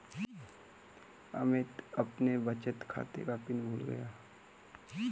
अमित अपने बचत खाते का पिन भूल गया है